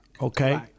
okay